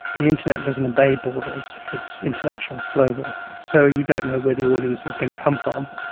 the internet doesn't obey borders, it's international, it's global. so you don't know where the audience is going to come from.